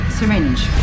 Syringe